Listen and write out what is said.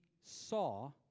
saw